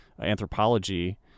anthropology